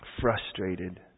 frustrated